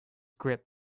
grip